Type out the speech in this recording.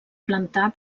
plantar